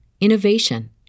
innovation